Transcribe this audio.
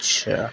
اچّھا